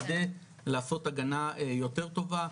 כדי לעשות הגנה יותר טובה.